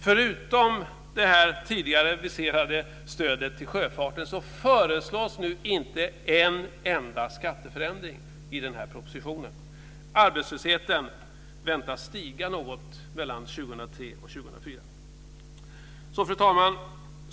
Förutom det tidigare aviserade stödet till sjöfarten föreslås nu inte en enda skatteförändring i propositionen. Arbetslösheten väntas stiga något mellan 2003 Fru talman!